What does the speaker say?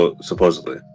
supposedly